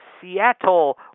Seattle